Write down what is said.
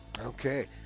Okay